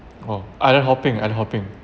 oh island hopping island hopping